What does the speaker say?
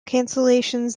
cancellations